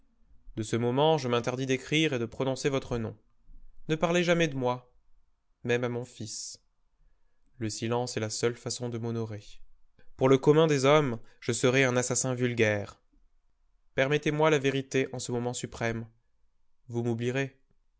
de ce moment je m'interdis d'écrire et de prononcer votre nom ne parlez jamais de moi même à mon fils le silence est la seule façon de m'honorer pour le commun des hommes je serai un assassin vulgaire permettez-moi la vérité en ce moment suprême vous m'oublierez